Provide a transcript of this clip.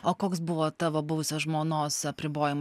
o koks buvo tavo buvusios žmonos apribojim